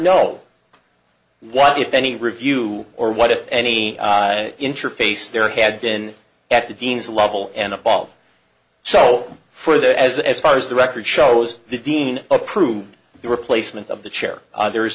know what if any review or what if any interface there had been at the dean's level and all so for that as as far as the record shows the dean approved the replacement of the chair there is